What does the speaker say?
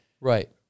Right